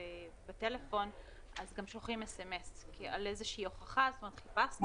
בטלפון אז גם שולחים מסרון שהיא הוכחה חיפשנו